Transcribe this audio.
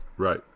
right